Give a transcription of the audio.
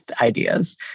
ideas